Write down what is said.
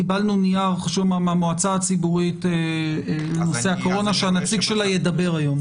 קיבלנו נייר מהמועצה הציבורית לנושא הקורונה שהנציג שלה ידבר היום.